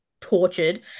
tortured